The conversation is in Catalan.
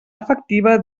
efectiva